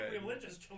religious